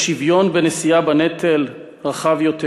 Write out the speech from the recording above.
לשוויון רחב יותר